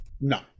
No